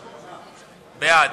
בעד.